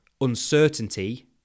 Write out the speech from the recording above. uncertainty